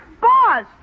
Boss